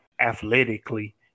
athletically